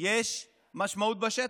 יש משמעות בשטח.